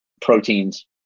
proteins